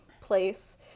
place